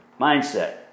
Mindset